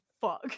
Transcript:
fuck